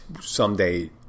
someday